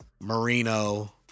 Marino